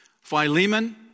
Philemon